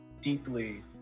deeply